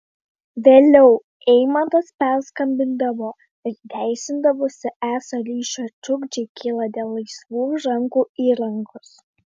vėliau eimantas perskambindavo ir teisindavosi esą ryšio trukdžiai kyla dėl laisvų rankų įrangos